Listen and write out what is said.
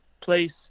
place